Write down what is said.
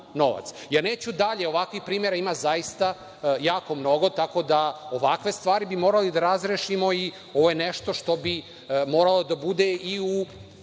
novac? Neću dalje. Ovakvih primera ima zaista jako mnogo. Ovakve stvari bi morali da razrešimo i ovo je nešto što bi moralo da bude i u